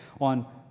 on